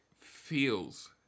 feels